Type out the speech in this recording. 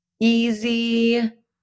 easy